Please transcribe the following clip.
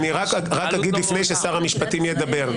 אני רק אגיד לפני ששר המשפטים ידבר,